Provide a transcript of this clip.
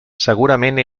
segurament